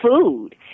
food